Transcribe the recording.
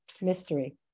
mystery